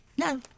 No